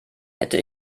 hätte